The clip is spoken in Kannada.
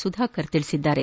ಸುಧಾಕರ್ ತಿಳಿಸಿದ್ದಾರೆ